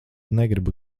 negribu